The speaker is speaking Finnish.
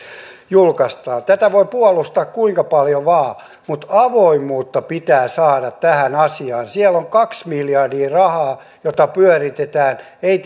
julkaistaan tätä voi puolustaa kuinka paljon vain mutta avoimuutta pitää saada tähän asiaan siellä on kaksi miljardia rahaa jota pyöritetään ei